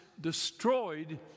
destroyed